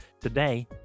today